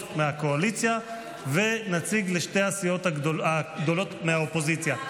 מהקואליציה ונציג לשתי הסיעות הגדולות מהאופוזיציה.